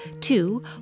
Two